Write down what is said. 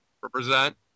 represent